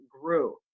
grew